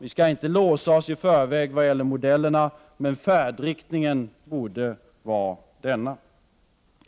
Vi skall inte låsa oss i förväg när det gäller modellerna, men färdriktningen borde vara denna.